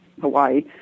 Hawaii